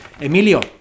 Emilio